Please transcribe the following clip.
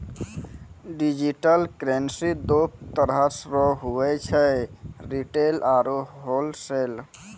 digital currency दो तरह रो हुवै छै रिटेल आरू होलसेल